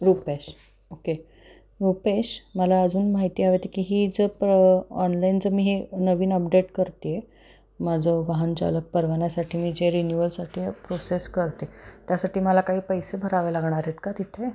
Rupesh okay Rupesh मला अजून माहिती हवी होती की ही जर प्र ऑनलाईन जर मी हे नवीन अपडेट करते आहे माझं वाहन चालक परवान्यासाठी मी जे रिन्यूवलसाठी प्रोसेस करते त्यासाठी मला काही पैसे भरावे लागणार आहेत का तिथे